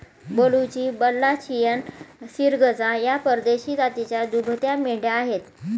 बलुची, बल्लाचियन, सिर्गजा या परदेशी जातीच्या दुभत्या मेंढ्या आहेत